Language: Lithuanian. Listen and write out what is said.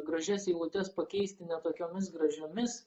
gražias eilutes pakeisti ne tokiomis gražiomis